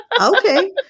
Okay